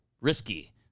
risky